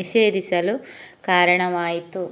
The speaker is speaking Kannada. ನಿಷೇಧಿಸಲು ಕಾರಣವಾಯಿತು